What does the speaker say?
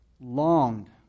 longed